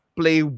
play